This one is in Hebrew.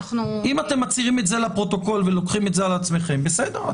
אם מצהירים את זה לפרוטוקול ולוקחים את זה על עצמכם בסדר,